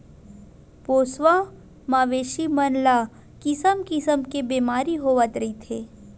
पोसवा मवेशी मन ल किसम किसम के बेमारी होवत रहिथे